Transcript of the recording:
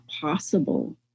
possible